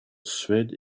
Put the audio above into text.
suède